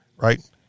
right